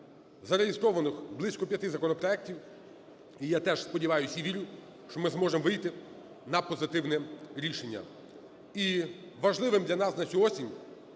Зареєстрованих близько 5 законопроектів, і я теж сподіваюсь і вірю, що ми зможемо вийти на позитивне рішення. І важливим для нас на цю